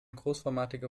großformatige